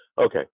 Okay